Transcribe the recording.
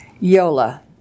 YOLA